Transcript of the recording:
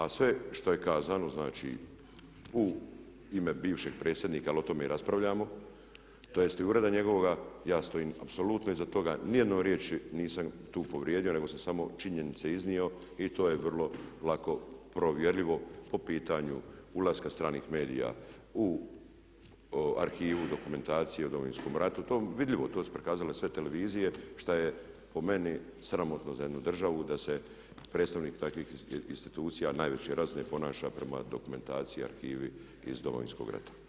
A sve što je kazano, znači u ime bivšeg predsjednika ali o tome i raspravljamo, tj. i ureda njegovoga ja stojim apsolutno iza toga, niti jednom riječi nisam tu povrijedio nego sam samo činjenice iznio i to je vrlo lako provjerljivo po pitanju ulaska stranih medija u arhivu, dokumentaciju o Domovinskom ratu, to je vidljivo, to su prikazale sve televizije što je po meni sramotno za jednu državu da se predstavnik takvih institucija, najviše razine, ponaša prema dokumentaciji i arhivi iz Domovinskog rata.